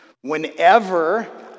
Whenever